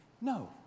No